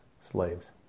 slaves